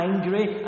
angry